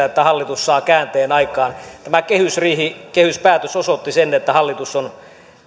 että hallitus saa käänteen aikaan tämä kehysriihi kehyspäätös osoitti sen että hallitus on